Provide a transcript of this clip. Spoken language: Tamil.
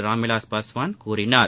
ராம்விளஸ் பாஸ்வாள் கூறினார்